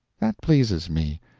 that pleases me,